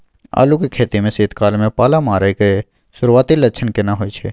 आलू के खेती में शीत काल में पाला मारै के सुरूआती लक्षण केना होय छै?